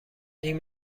این